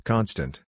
Constant